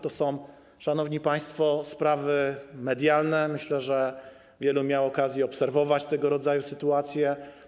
To są, szanowni państwo, sprawy medialne, myślę, że wiele osób miało okazję obserwować tego rodzaju sytuacje.